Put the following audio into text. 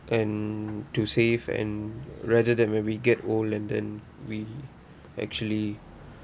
and to save and rather than when we get old and then we actually